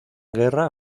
guerra